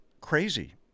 crazy